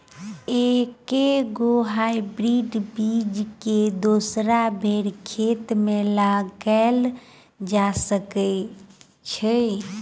एके गो हाइब्रिड बीज केँ दोसर बेर खेत मे लगैल जा सकय छै?